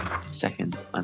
Seconds